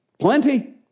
plenty